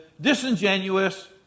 disingenuous